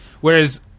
whereas –